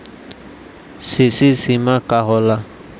CC सीमा का होला?